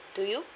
do you